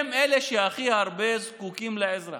הם אלה שהכי הרבה זקוקים לעזרה,